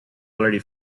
already